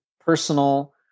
personal